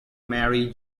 marry